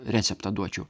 receptą duočiau